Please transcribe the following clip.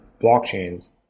blockchains